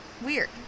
weird